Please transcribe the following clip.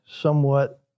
somewhat